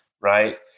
right